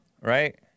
right